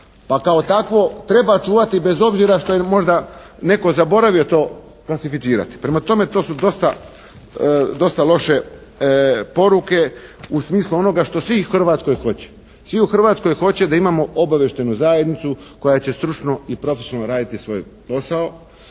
pa kao takvo treba čuvati bez obzira što je možda netko zaboravio to klasificirati. Prema tome, to su dosta loše poruke u smislu onoga što svi u Hrvatskoj hoće. Svi u Hrvatskoj hoće da imamo obavještajnu zajednicu koja će stručno i profesionalno raditi svoj posao,